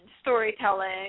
storytelling